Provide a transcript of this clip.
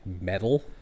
metal